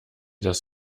das